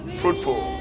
fruitful